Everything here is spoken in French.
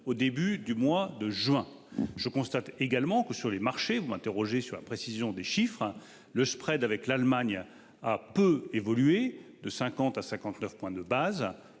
au début du mois de juin. Je constate également que sur les marchés, vous m'interrogez sur la précision des chiffres. Le spread avec l'Allemagne a peu évolué de 50 à 59 points de base.